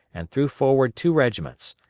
and threw forward two regiments,